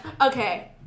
Okay